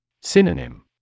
Synonym